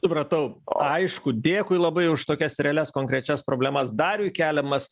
supratau aišku dėkui labai už tokias realias konkrečias problemas dariui keliamas